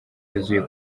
yuzuye